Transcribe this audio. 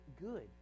good